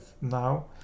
now